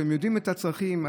אתם יודעים את הצרכים,